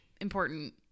important